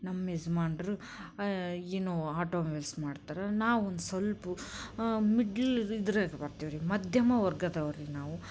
ನಮ್ಮ ಯಜಮಾನ್ರು ಏನು ಆಟೋ ಮಿಲ್ಸ್ ಮಾಡ್ತಾರೆ ನಾವು ಒಂದು ಸ್ವಲ್ಪ ಮಿಡ್ಲ್ ಇದ್ರಾಗ್ ಬರ್ತೀವ್ರಿ ಮಧ್ಯಮ ವರ್ಗದವರು ರೀ ನಾವು